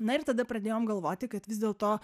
na ir tada pradėjom galvoti kad vis dėlto